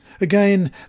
Again